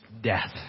Death